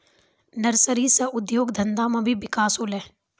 nursery से उद्योग धंधा मे भी बिकास होलै